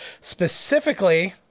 specifically